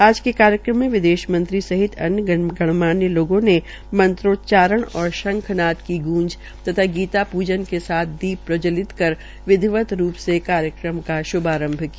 आज के कार्यक्रम मे विदेश मंत्री सहित अन्य गणमान्य लोगों ने मंत्रोच्चारण और शंखानाद की ग्रंज तथा गीता प्रजन के साथ दीप प्रज्जवलित कर विधिवत रूप से कार्यक्रम का शुभारंभ किया